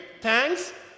thanks